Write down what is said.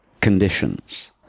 conditions